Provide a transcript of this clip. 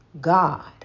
God